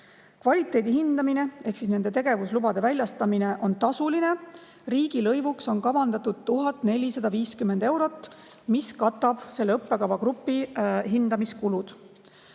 Kvaliteedi hindamine ehk nende tegevuslubade väljastamine on tasuline. Riigilõivuks on kavandatud 1450 eurot, mis katab õppekavarühma hindamise kulud.